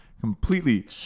completely